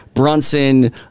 Brunson